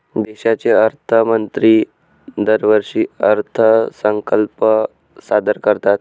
देशाचे अर्थमंत्री दरवर्षी अर्थसंकल्प सादर करतात